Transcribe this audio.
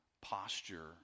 posture